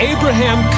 Abraham